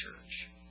church